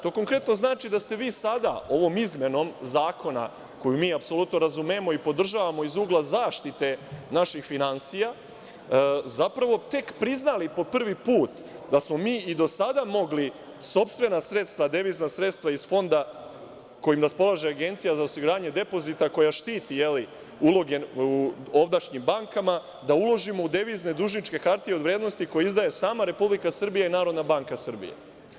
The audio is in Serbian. To konkretno znači da ste vi sada ovom izmenom zakona, koju mi apsolutno razumemo i podržavamo iz ugla zaštite naših finansija, zapravo tek priznali prvi put da smo mi i do sada mogli sopstvena sredstva, devizna sredstva iz fonda kojim raspolaže Agencija za osiguranje depozita, koja štiti uloge u ovdašnjim bankama, da uložimo u devizne dužničke hartije od vrednosti koje izdaje sama Republika Srbija i Narodna banka Srbije.